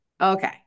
Okay